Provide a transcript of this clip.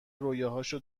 رویاهاشو